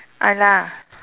ah lah